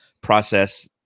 process